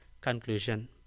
conclusion